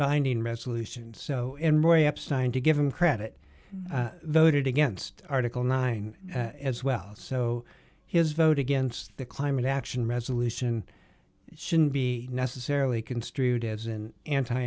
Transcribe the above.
binding resolution so in roy epstein to give him credit voted against article nine as well so his vote against the climate action resolution shouldn't be necessarily construed as an anti